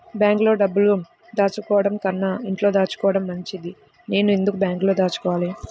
బ్యాంక్లో డబ్బులు దాచుకోవటంకన్నా ఇంట్లో దాచుకోవటం మంచిది నేను ఎందుకు బ్యాంక్లో దాచుకోవాలి?